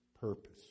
purpose